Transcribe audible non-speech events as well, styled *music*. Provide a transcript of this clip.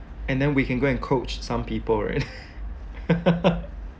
and then we can go and coach some people right *laughs*